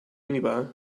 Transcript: minibar